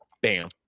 Bam